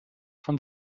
von